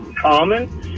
common